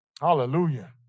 Hallelujah